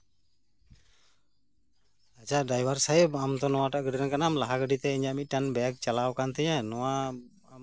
ᱟᱪᱪᱷᱟ ᱰᱨᱟᱭᱵᱷᱟᱨ ᱥᱟᱦᱮᱵ ᱟᱢ ᱫᱚ ᱱᱚᱣᱟ ᱜᱟᱹᱰᱤᱨᱮᱱ ᱠᱟᱱᱟᱢ ᱞᱟᱦᱟ ᱜᱟᱹᱰᱤᱨᱮ ᱢᱤᱫᱴᱟᱱ ᱵᱮᱜ ᱪᱟᱞᱟᱣ ᱟᱠᱟᱱ ᱛᱤᱧᱟ ᱱᱚᱣᱟ